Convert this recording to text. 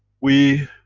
we.